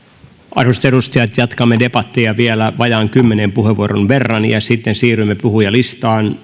arvoisat edustajat jatkamme debattia vielä vajaan kymmenen puheenvuoron verran ja sitten siirrymme puhujalistaan